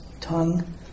tongue